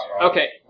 Okay